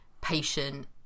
patient